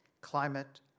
climate